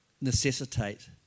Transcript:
necessitate